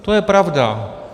To je pravda.